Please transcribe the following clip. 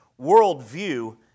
worldview